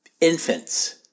infants